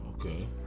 Okay